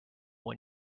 when